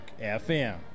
FM